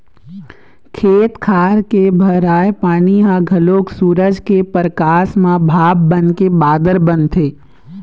खेत खार के भराए पानी ह घलोक सूरज के परकास म भाप बनके बादर बनथे